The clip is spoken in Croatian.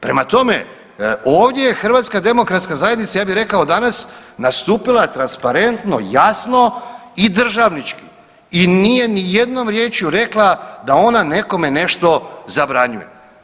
Prema tome, ovdje je HDZ ja bih rekao danas nastupila transparentno, jasno i državnički i nije ni jednom riječju rekla da ona nekome nešto zabranjuje.